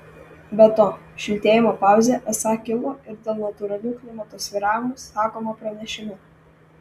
be to šiltėjimo pauzė esą kilo ir dėl natūralių klimato svyravimų sakoma pranešime